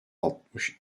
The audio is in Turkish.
altmış